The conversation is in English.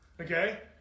Okay